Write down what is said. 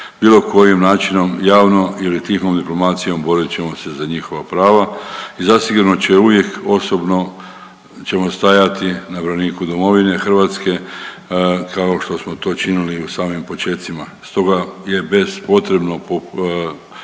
bilo kojim načinom, javno ili tihom diplomacijom borit ćemo se za njihova prava i zasigurno će uvijek osobno ćemo stajati na braniku domovine Hrvatske kao što smo to činili i u samim počecima. Stoga je bespotrebno polemizirati